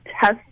test